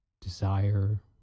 desire